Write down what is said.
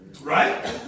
Right